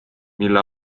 mille